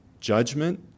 judgment